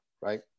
right